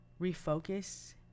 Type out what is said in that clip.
refocus